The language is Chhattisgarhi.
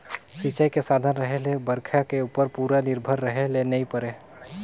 सिंचई के साधन रहें ले बइरखा के उप्पर पूरा निरभर रहे ले नई परे